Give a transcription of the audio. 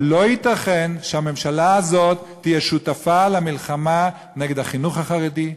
אבל לא ייתכן שהממשלה הזאת תהיה שותפה למלחמה נגד החינוך החרדי,